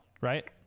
Right